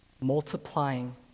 multiplying